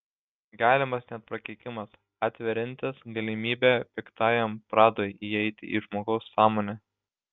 galimas net prakeikimas atveriantis galimybę piktajam pradui įeiti į žmogaus sąmonę